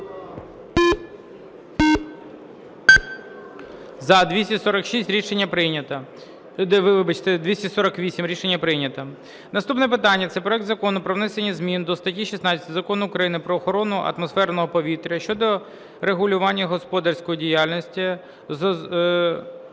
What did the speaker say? За-248 Рішення прийнято. Наступне питання – це проект Закону про внесення змін до статті 16 Закону України "Про охорону атмосферного повітря" щодо регулювання господарської діяльності з